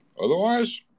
Otherwise